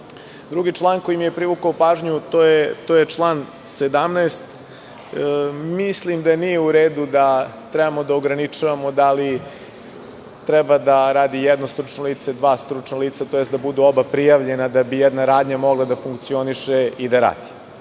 bave. Drugi član koji mi je privukao pažnju jeste član 17. Mislim da nije u redu da treba da ograničavamo da li treba da radi jedno stručno lice ili dva, tj. da budu oba prijavljena, da bi jedna radnja mogla da funkcioniše i da radi.